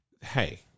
hey